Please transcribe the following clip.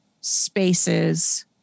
spaces